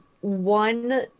one